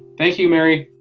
thank you, mary.